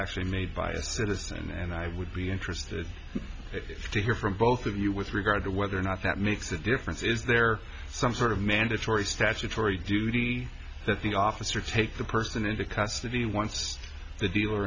actually made by citizen and i would be interested to hear from both of you with regard to whether or not that makes a difference is there some sort of mandatory statutory duty that the officer take the person into custody once the dealer